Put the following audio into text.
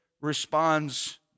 responds